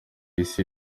isi